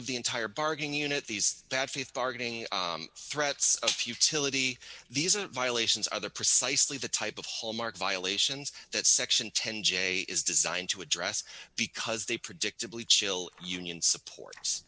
of the entire bargaining unit these bad faith bargaining threats of futility these are violations other precisely the type of hallmark violations that section ten j is designed to address because they predictably chil union support